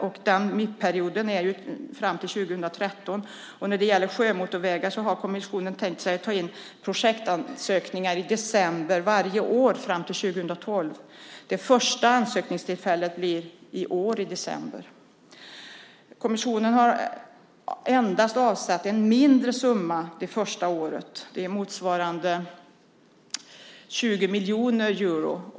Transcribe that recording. MIP-perioden löper fram till 2013. När det gäller sjömotorvägar har kommissionen tänkt sig att ta in projektansökningar i december varje år fram till 2012. Det första ansökningstillfället blir i år i december. Kommissionen har endast avsatt en mindre summa det första året, motsvarande 20 miljoner euro.